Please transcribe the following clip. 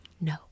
No